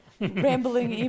rambling